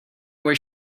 where